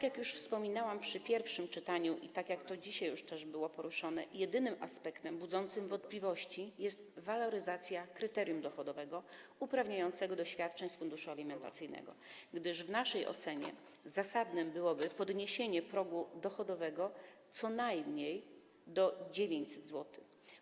Jak już wspominałam przy pierwszym czytaniu, dzisiaj to już też było poruszone, jedynym aspektem budzącym wątpliwości jest waloryzacja kryterium dochodowego uprawniającego do świadczeń z funduszu alimentacyjnego, gdyż w naszej ocenie zasadne byłoby podniesienie progu dochodowego do co najmniej 900 zł.